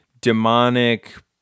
demonic